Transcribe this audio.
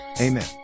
Amen